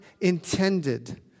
intended